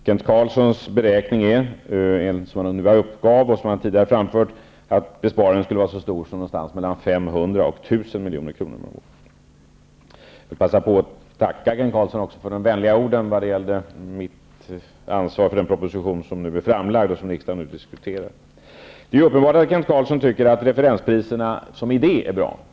Kent Carlssons beräkning utgör, som han nu uppgav och som han tidigare framfört, en besparing på 500--1 000 milj.kr. om året. Jag vill också passa på att tacka Kent Carlsson för de vänliga orden när det gäller mitt ansvar för den proposition som är framlagd och som riksdagen nu diskuterar. Det är uppenbart att Kent Carlsson tycker att referenspriserna är bra som idé.